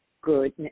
good